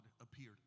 appeared